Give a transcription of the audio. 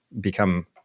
become